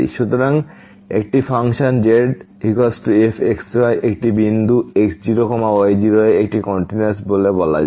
সুতরাং একটি function z f x y একটি বিন্দু x0 y0 এ একটি কন্টিনিউয়াস বলে বলা হয়